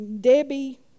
Debbie